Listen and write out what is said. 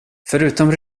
förutom